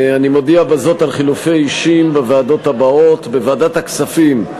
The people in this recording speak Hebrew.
אני מודיע בזאת על חילופי אישים בוועדות הבאות: בוועדת הכספים,